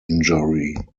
injury